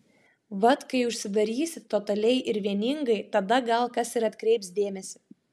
vat kai užsidarysit totaliai ir vieningai tada gal kas ir atkreips dėmesį